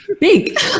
Big